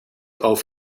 auf